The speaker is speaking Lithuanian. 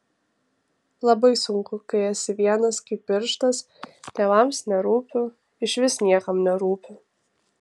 labai sunku kai esi vienas kaip pirštas tėvams nerūpiu išvis niekam nerūpiu